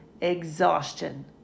exhaustion